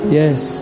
yes